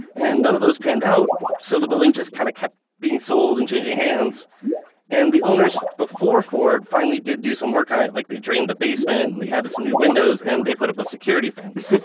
and none of those panned out. so the building just kind of kept being sold and changing hands and the owners before ford finally did do some work kind of like they drained the basement and they had some new windows and they put up a security fence